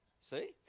See